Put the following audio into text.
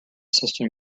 system